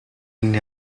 n’y